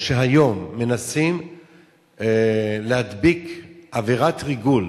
היא שהיום מנסים להדביק עבירת ריגול